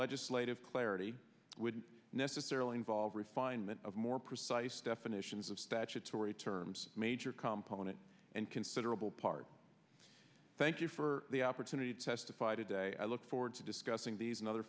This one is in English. legislative clarity would necessarily involve refinement of more precise definitions of statutory terms major component and considerable part thank you for the opportunity to testify today i look forward to discussing these and other